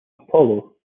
apollo